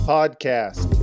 Podcast